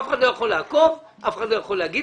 אף אחד לא יכול לעקוב ואף אחד לא יכול לומר משהו.